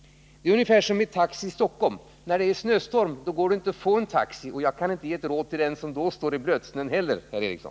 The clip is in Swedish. Det är ungefär som med taxi i Stockholm. När det är snöstorm går det inte att få en taxi. Jag kan inte heller ge något råd till den person som då står i blötsnön, herr Eriksson.